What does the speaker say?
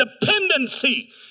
dependency